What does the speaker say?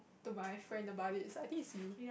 to my friend about it I think it's you